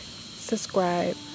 subscribe